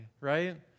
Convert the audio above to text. right